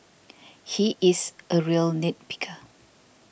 he is a real nit picker